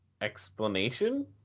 explanation